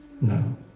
No